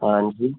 आणखी